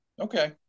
Okay